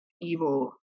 evil